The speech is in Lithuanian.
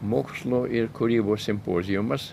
mokslo ir kūrybos simpoziumas